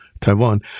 Taiwan